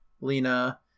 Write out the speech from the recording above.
lena